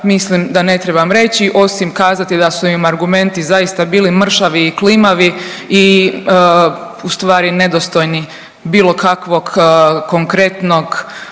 mislim da ne trebam reći, osim kazati da su im argumenti zaista bili mršavi i klimavi i ustvari nedostojni bilo kakvog konkretnog